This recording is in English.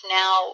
now